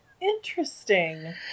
Interesting